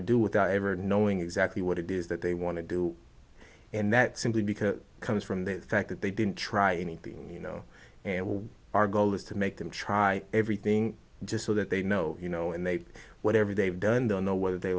to do without ever knowing exactly what it is that they want to do and that simply because it comes from the fact that they didn't try anything you know and well our goal is to make them try everything just so that they know you know and they whatever they've done they'll know whether they